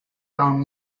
around